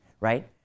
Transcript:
right